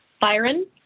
Byron